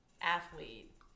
athlete